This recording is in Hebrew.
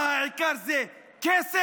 מה, העיקר זה כסף?